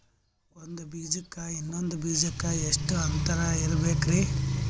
ಒಂದ್ ಬೀಜಕ್ಕ ಇನ್ನೊಂದು ಬೀಜಕ್ಕ ಎಷ್ಟ್ ಅಂತರ ಇರಬೇಕ್ರಿ?